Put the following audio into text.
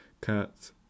Kurt